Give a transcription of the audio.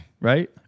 Right